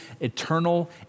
eternal